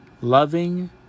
loving